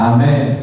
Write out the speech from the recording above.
Amen